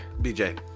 BJ